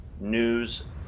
news